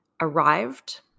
arrived